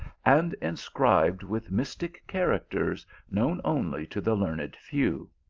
and inscribed with mystic characters known only to the learned few.